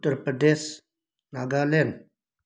Uttar Pradesh Nagaland